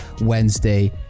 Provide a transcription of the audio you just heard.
Wednesday